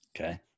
Okay